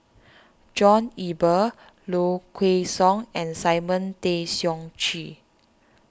John Eber Low Kway Song and Simon Tay Seong Chee